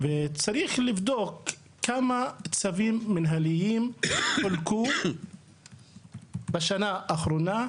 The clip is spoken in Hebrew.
וצריך לבדוק כמה צווים מנהליים חולקו בשנה האחרונה,